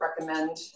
recommend